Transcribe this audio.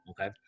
Okay